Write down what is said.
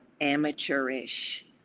amateurish